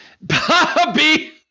Bobby